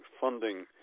funding